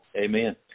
Amen